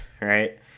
right